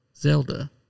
Zelda